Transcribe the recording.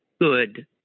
Good